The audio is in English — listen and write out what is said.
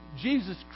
Jesus